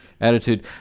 attitude